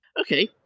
okay